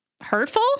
hurtful